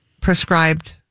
prescribed